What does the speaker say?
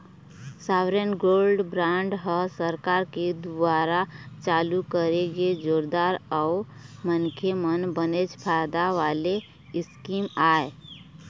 sovereign gold bond ह सरकार के दुवारा चालू करे गे जोरदार अउ मनखे मन बनेच फायदा वाले स्कीम आय